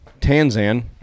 Tanzan